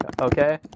Okay